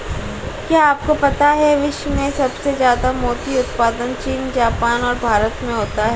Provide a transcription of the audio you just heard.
क्या आपको पता है विश्व में सबसे ज्यादा मोती उत्पादन चीन, जापान और भारत में होता है?